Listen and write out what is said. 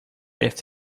left